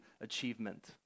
achievement